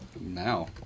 Now